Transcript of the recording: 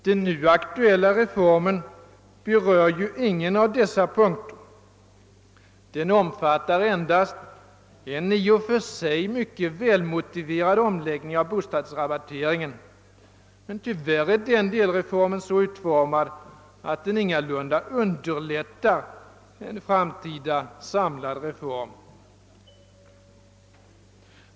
Den aktuella reformen berör ingen av dessa punkter. Den omfattar endast en i och för sig mycket välmotiverad omläggning av bostadsrabatteringen, men tyvärr är den delreformen så utformad, att den ingalunda underlättar en framtida samlad reform.